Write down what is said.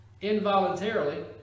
Involuntarily